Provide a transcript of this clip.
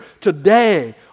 today